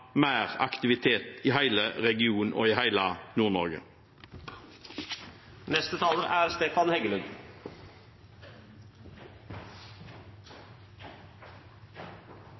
mer aktivitet i hele regionen og i hele Nord-Norge. Jeg tror det er